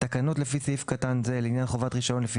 תקנות לפי סעיף קטן זה לעניין חובת רישיון לפי